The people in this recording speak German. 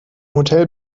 hotel